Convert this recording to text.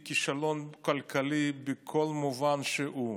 היא כישלון כלכלי בכל מובן שהוא.